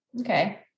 Okay